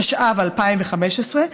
התשע"ו 2015,